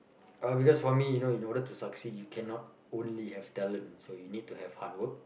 uh because for me you know in order to succeed you cannot only have talent so you need to have hard work